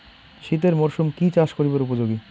শীতের মরসুম কি চাষ করিবার উপযোগী?